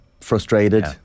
frustrated